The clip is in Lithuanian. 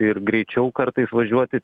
ir greičiau kartais važiuoti